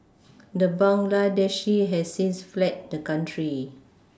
the Bangladeshi has since fled the country